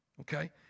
okay